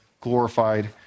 glorified